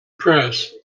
press